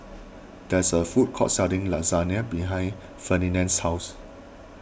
there is a food court selling Lasagne behind Ferdinand's house